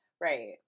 Right